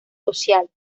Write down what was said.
sociales